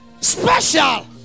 special